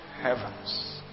heavens